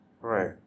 Right